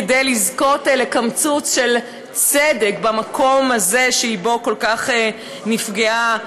כדי לזכות לקמצוץ של צדק במקום הזה שבו היא כל כך נפגעה,